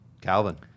Calvin